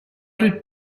did